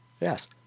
yes